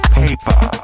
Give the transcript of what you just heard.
paper